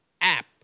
app